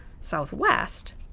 southwest